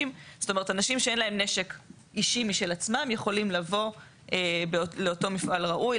אנשים שאין להם נשק אישי משל עצמם יכולים לבוא לאותו מפעל ראוי,